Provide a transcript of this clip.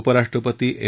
उपराष्ट्रपती एम